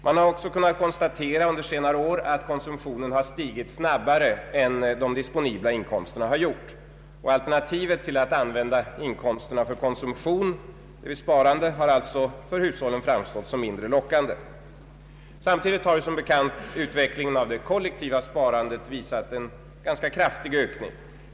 Under senare år har man kunnat konstatera att konsumtionen = stigit snabbare än vad de disponibla inkomsterna gjort. Alternativet till att använda inkomsten för konsumtion — d. v. s. sparande — har alltså för hushållen framstått som mindre lockande. Samtidigt har som bekant det kollektiva sparandet visat en ganska kraftig ökning.